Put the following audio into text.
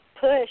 push